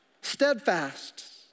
steadfast